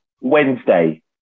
Wednesday